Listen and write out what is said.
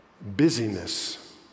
Busyness